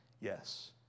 yes